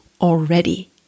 already